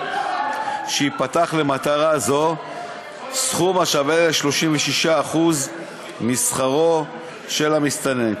שייפתח למטרה זו סכום השווה ל-36% אחוזים משכרו של המסתנן,